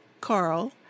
Carl